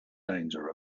danger